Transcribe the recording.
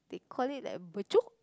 they call it like